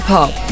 Pop